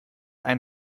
ein